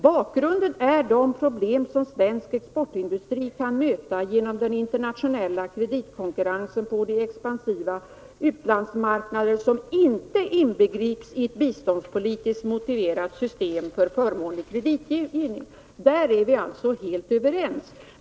Bakgrunden är de problem som svensk exportindustri kan möta genom den internationella kreditkonkurrensen på de expansiva u-landsmarknader, som inte inbegrips i ett biståndspolitiskt motiverat system för förmånlig kreditgivning.” Där är vi alltså helt överens.